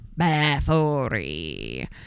Bathory